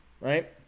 right